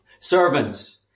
Servants